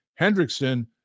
Hendrickson